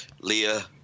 leah